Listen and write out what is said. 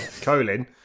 Colin